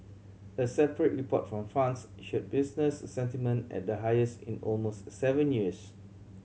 a separate report from France showed business sentiment at the highest in almost seven years